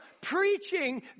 preaching